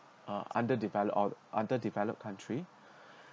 uh under developed or under developed country